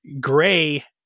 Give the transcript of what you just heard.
Gray